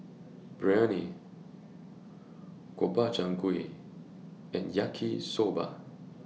Biryani Gobchang Gui and Yaki Soba